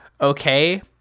okay